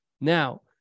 Now